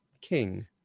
King